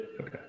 Okay